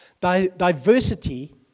Diversity